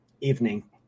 evening